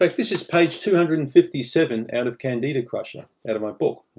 like this is page two hundred and fifty seven out of candida crusher, out of my book.